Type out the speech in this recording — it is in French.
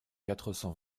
quatre